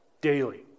Daily